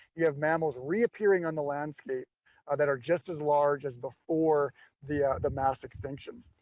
you have mammals reappearing on the landscape that are just as large as before the the mass extinction.